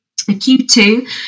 Q2